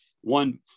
one